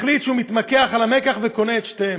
החליט שהוא עומד על המיקח וקונה את שניהם.